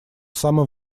самым